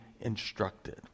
instructed